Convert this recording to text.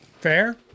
Fair